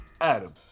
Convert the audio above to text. adam